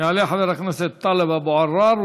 יעלה חבר הכנסת טלב אבו עראר,